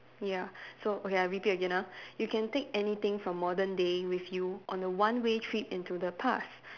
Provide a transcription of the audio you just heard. ya so okay I repeat again ah you can take anything from modern day with you on a one way trip into the past